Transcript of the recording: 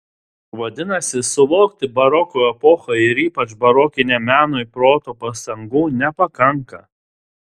vadinasi suvokti baroko epochai ir ypač barokiniam menui proto pastangų nepakanka